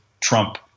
Trump